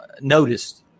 Noticed